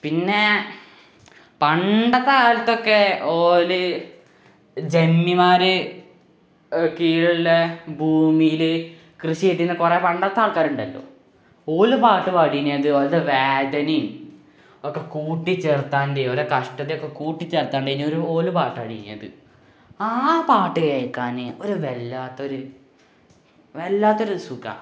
പിന്നേ പണ്ടത്തെ കാലത്തൊക്കെ ഓര് ജന്മിമാരെ കീഴിലുള്ള ഭൂമിയില് കൃഷിയേയ്റ്റിരുന്ന കുറേ പണ്ടത്തെ ആള്ക്കാരുണ്ടല്ലോ ഓല് പാട്ട് പാടിനി അത് ഓരുടെ വേദനേം ഒക്കെ കൂട്ടി ചേര്ത്താണ്ടി ഓരെ കഷ്ടതേക്കെ കൂട്ടിച്ചേർത്താണ്ടേനി ഓര് പാട്ട് പാടിയിരിക്കുന്നത് ആ പാട്ട് കേള്ക്കാന് ഒരു വല്ലാത്തൊരു വല്ലാത്തൊരു സുഖമാണ്